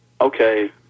okay